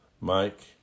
Mike